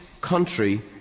country